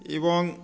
এবং